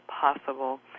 possible